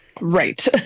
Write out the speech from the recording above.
Right